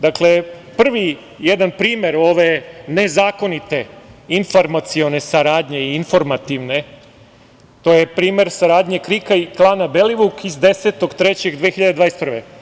Dakle, prvi jedan primer ove nezakonite informacione saradnje i informativne, to je primer saradnje KRIK-a i klana Belivuk iz 10. marta 2021.